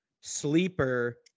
sleeper